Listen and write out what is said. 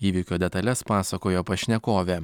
įvykio detales pasakojo pašnekovė